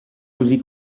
così